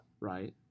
right